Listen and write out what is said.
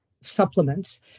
supplements